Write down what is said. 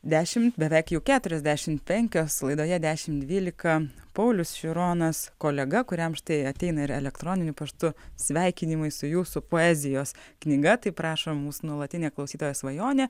dešimt beveik jau keturiasdešimt penkios laidoje dešimt dvylika paulius šironas kolega kuriam štai ateina ir elektroniniu paštu sveikinimai su jūsų poezijos knyga taip rašo mūsų nuolatinė klausytoja svajonė